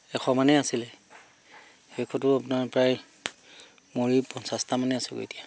এশমানেই আছিলে শেষততো আপোনাৰ প্ৰায় মৰি পঞ্চাছটামানে আছেগৈ এতিয়া